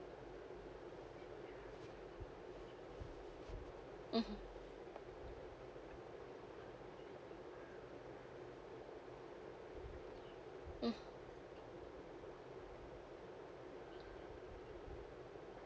mmhmm mmhmm